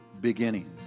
beginnings